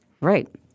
right